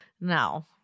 No